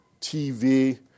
TV